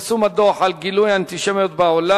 2366 ו-2375 בנושא: פרסום הדוח על גילויי האנטישמיות בעולם.